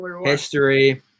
history